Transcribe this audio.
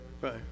Right